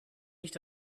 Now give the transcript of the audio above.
nicht